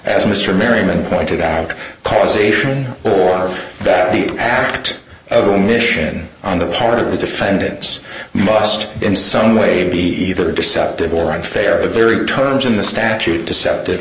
as mr merryman pointed out pas ation or that the act of omission on the part of the defendants must in some way be either deceptive or unfair the very terms in the statute deceptive